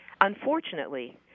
Unfortunately